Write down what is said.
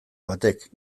batek